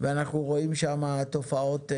ואנחנו רואים שם תופעות.